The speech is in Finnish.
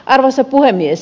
arvoisa puhemies